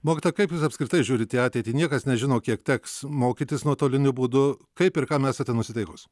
mokytoja kaip jūs apskritai žiūrit į ateitį niekas nežino kiek teks mokytis nuotoliniu būdu kaip ir kam esate nusiteikus